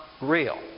real